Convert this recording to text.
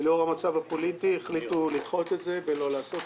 לאור המצב הפוליטי החליטו לדחות ולא לעשות